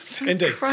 indeed